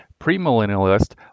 Premillennialist